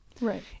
Right